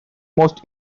most